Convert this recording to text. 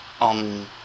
on